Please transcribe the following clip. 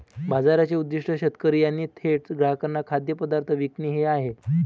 बाजाराचे उद्दीष्ट शेतकरी यांनी थेट ग्राहकांना खाद्यपदार्थ विकणे हे आहे